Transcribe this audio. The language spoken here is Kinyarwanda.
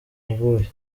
ubuhe